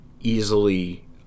easily